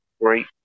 great